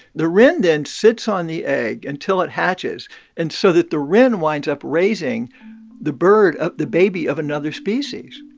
the wren then sits on the egg until it hatches and so that the wren winds up raising the bird up the baby of another species.